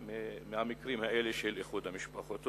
מהמקרים האלה של איחוד המשפחות.